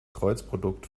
kreuzprodukt